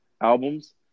albums